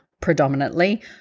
predominantly